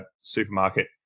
supermarket